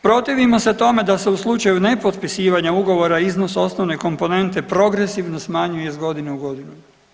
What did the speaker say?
Protivimo se tome da se u slučaju nepotpisivanja ugovora iznos osnovne komponente progresivno smanjuje iz godine u godinu.